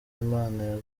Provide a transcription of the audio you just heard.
imana